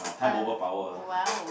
uh !wow!